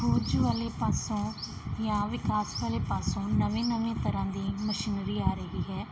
ਖੋਜ ਵਾਲੇ ਪਾਸੋਂ ਜਾਂ ਵਿਕਾਸ ਵਾਲੇ ਪਾਸੋਂ ਨਵੇਂ ਨਵੇਂ ਤਰ੍ਹਾਂ ਦੀ ਮਸ਼ੀਨਰੀ ਆ ਰਹੀ ਹੈ